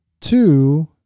Two